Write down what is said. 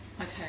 Okay